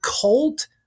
cult